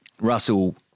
Russell